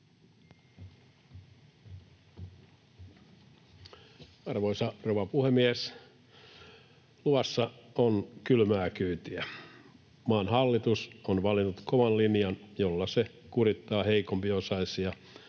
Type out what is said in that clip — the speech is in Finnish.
Arvoisa rouva puhemies! Luvassa on kylmää kyytiä. Maan hallitus on valinnut kovan linjan, jolla se kurittaa heikompiosaisia,